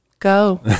Go